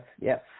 yes